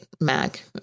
Mac